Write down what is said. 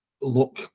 look